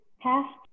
past